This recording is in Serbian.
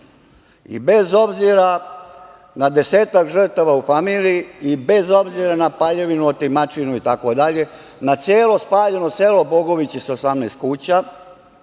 I bez obzira na desetak žrtava u familiji i bez obzira na paljevinu, otimačinu itd, na celo spaljeno selo Bogovići sa 18 kuća,